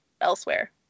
elsewhere